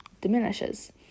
diminishes